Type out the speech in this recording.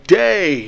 day